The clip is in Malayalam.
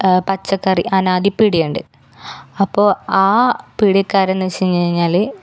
പച്ചക്കറി അനാദി പീടിക ഉണ്ട് അപ്പോൾ ആ പീടികക്കാരൻ എന്നു വെച്ചു കഴിഞ്ഞാൽ